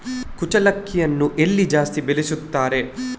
ಕುಚ್ಚಲಕ್ಕಿಯನ್ನು ಎಲ್ಲಿ ಜಾಸ್ತಿ ಬೆಳೆಸ್ತಾರೆ?